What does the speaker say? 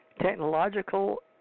technological